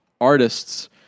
artists